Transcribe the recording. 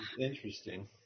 Interesting